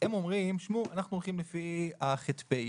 הם אומרים שאנחנו הולכים לפי ה-ח"פ.